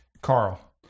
Carl